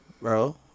bro